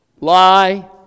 Lie